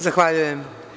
Zahvaljujem.